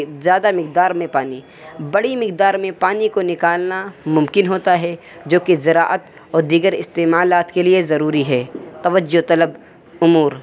زیادہ مقدار میں پانی بڑی مقدار میں پانی کو نکالنا ممکن ہوتا ہے جو کہ زراعت اور دیگر استعمالات کے لیے ضروری ہے توجہ طلب امور